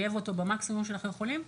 הטיוב שלו במקסימום שאנחנו יכולים,